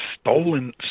stolen